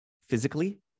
physically